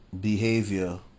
behavior